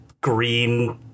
green